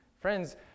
Friends